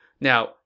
Now